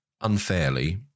unfairly